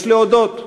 יש להודות,